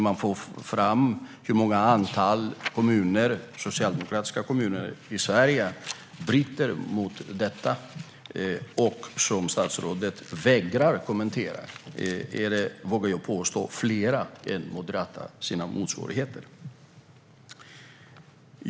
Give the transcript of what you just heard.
Jag vågar påstå att antalet socialdemokratiska kommuner i Sverige som bryter mot detta - något som statsrådet vägrar att kommentera - är större än antalet moderata motsvarigheter.